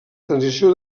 transició